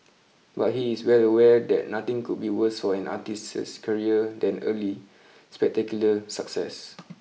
but he is well aware that nothing could be worse for an artist's career than early spectacular success